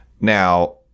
Now